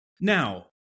now